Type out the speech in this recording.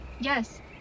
Yes